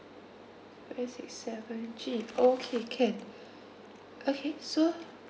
five six seven G okay can okay so